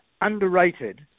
underrated